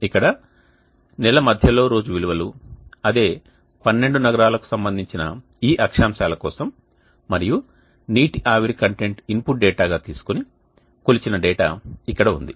ఇక్కడ నెల మధ్యలో రోజు విలువలు అదే 12 నగరాల కు సంబంధించిన ఈ అక్షాంశాల కోసం మరియు నీటి ఆవిరి కంటెంట్ ఇన్పుట్ డేటా తీసుకొని కొలిచిన డేటా ఇక్కడ ఉంది